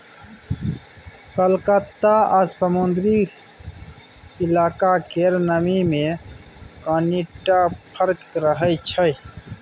कलकत्ता आ समुद्री इलाका केर नमी मे कनिटा फर्क रहै छै